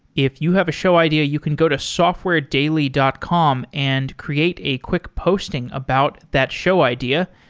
if you have a show idea, you can go to softwaredaily dot com and create a quick posting about that show idea,